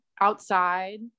outside